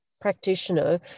practitioner